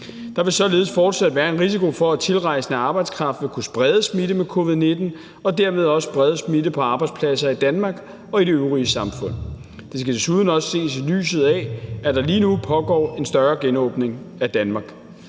der vil således fortsat være en risiko for, at tilrejsende arbejdskraft vil kunne sprede smitte med covid-19 og dermed også sprede smitte på arbejdspladser i Danmark og i det øvrige samfund. Det skal desuden også ses i lyset af, at der lige nu pågår en større genåbning af Danmark.